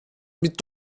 mit